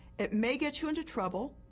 it may get you into trouble.